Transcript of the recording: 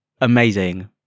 Amazing